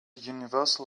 universal